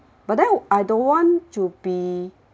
but then I don't want to be